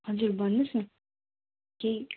हजुर भन्नुहोस् न के